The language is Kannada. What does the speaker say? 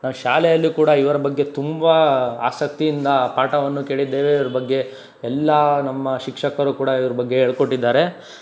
ನಾವು ಶಾಲೆಯಲ್ಲಿ ಕೂಡ ಇವರ ಬಗ್ಗೆ ತುಂಬ ಆಸಕ್ತಿಯಿಂದ ಪಾಠವನ್ನು ಕೇಳಿದ್ದೇವೆ ಇವ್ರ ಬಗ್ಗೆ ಎಲ್ಲ ನಮ್ಮ ಶಿಕ್ಷಕರು ಕೂಡ ಇವ್ರ ಬಗ್ಗೆ ಹೇಳಿಕೊಟ್ಟಿದ್ದಾರೆ